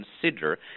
consider